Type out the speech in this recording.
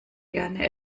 gerne